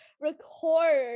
record